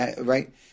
right